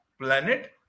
planet